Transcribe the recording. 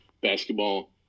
basketball